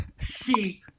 sheep